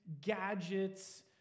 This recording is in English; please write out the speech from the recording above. gadgets